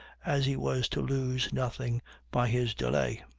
as he was to lose nothing by his delay.